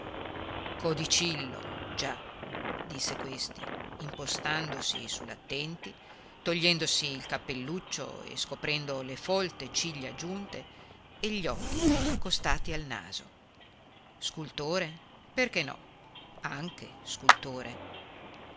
codicillo già disse questi impostandosi su l'attenti togliendosi il cappelluccio e scoprendo le folte ciglia giunte e gli occhi accostati al naso scultore perché no anche scultore